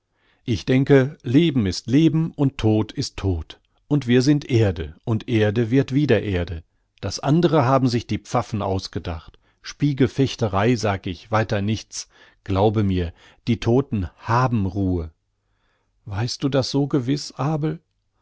ich denke leben ist leben und todt ist todt und wir sind erde und erde wird wieder erde das andre haben sich die pfaffen ausgedacht spiegelfechterei sag ich weiter nichts glaube mir die todten haben ruhe weißt du das so gewiß abel